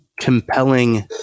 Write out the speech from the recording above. compelling